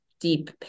deep